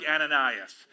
Ananias